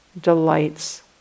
delights